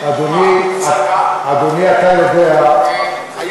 אדוני, אתה יודע, מה?